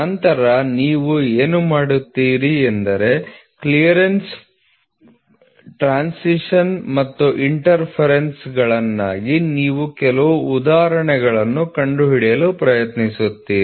ನಂತರ ನೀವು ಏನು ಮಾಡುತ್ತೀರಿ ಕ್ಲಿಯರೆನ್ಸ್ ಇನ್ಟರ್ಫೀರನ್ಸ ಮತ್ತು ಟ್ರಾನ್ಸಿಶನ್ಗಾಗಿ ನೀವು ಕೆಲವು ಉದಾಹರಣೆಗಳನ್ನು ಕಂಡುಹಿಡಿಯಲು ಪ್ರಯತ್ನಿಸುತ್ತೀರಿ